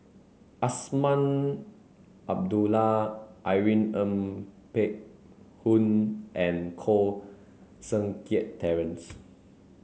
Azman Abdullah Irene Ng Phek Hoong and Koh Seng Kiat Terence